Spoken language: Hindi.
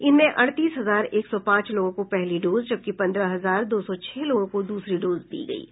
इनमें अड़तीस हजार एक सौ पांच लोगों को पहली डोज जबकि पन्द्रह हजार दो सौ छह लोगों को दूसरी डोज दी गयी है